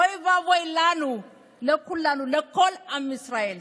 אוי ואבוי לנו, לכולנו, לכל עם ישראל.